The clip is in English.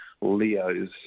Leo's